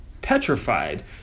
petrified